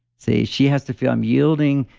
see, she has to feel i'm yielding.